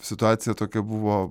situacija tokia buvo